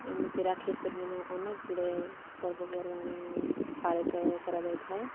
ଏମିତି ରାକ୍ଷୀ ପୂର୍ଣ୍ଣିମା ଅନେକ ଗୁଡ଼େ ପର୍ବପର୍ବାଣି ପାଳିତ କରାଯାଇଥାଏ